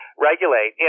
regulate